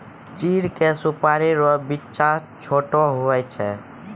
चीड़ के सुपाड़ी रो बिच्चा छोट हुवै छै